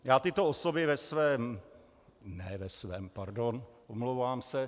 Já tyto osoby ve svém ne ve svém, pardon, omlouvám se.